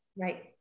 Right